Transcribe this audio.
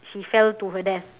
she fell to her death